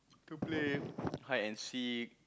to play hide and seek